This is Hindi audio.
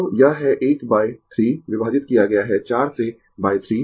तो यह है 1 बाय 3 विभाजित किया गया है 4 से बाय 3